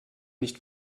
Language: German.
nicht